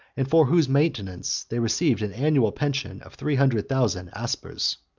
and for whose maintenance they received an annual pension of three hundred thousand aspers.